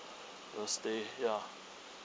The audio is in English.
the stay ya